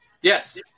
Yes